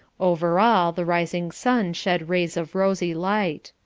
over all the rising sun shed rays of rosy light.